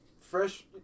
Fresh